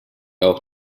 auch